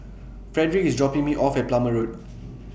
Frederick IS dropping Me off At Plumer Road